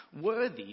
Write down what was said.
worthy